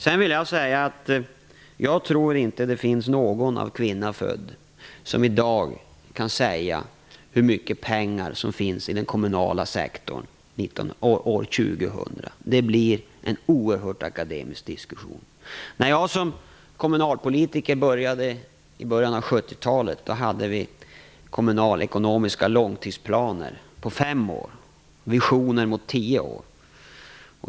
Sedan vill jag säga att jag inte tror att det finns någon av kvinna född som i dag kan säga hur mycket pengar som finns i den kommunala sektorn år 2000. Det blir en oerhört akademisk diskussion. När jag började som kommunalpolitiker i början av 70-talet hade vi kommunalekonomiska långtidsplaner på 5 år och visioner mot 10 år.